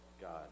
God